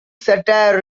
satire